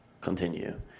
continue